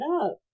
up